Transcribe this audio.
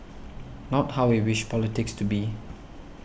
not how we wish politics to be